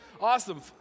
awesome